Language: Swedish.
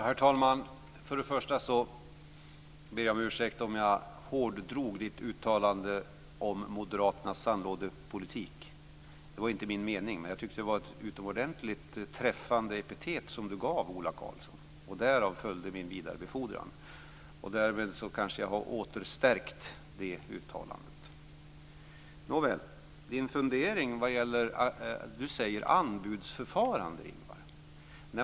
Herr talman! Jag ber om ursäkt om jag hårddrog Ingvar Svenssons uttalande om moderaternas sandlådepolitik. Det var inte min mening, men jag tyckte att det var ett utomordentligt träffande epitet som han gav Ola Karlsson. Därav följde min vidarebefordran, och därmed kanske jag har återstärkt det uttalandet. Ingvar Svensson säger anbudsförfarande.